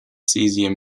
caesium